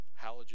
halogen